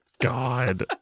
God